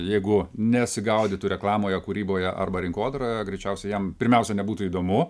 jeigu nesigaudytų reklamoje kūryboje arba rinkodaroje greičiausiai jam pirmiausia nebūtų įdomu